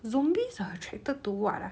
zombies are attracted to what ah